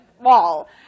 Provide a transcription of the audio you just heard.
wall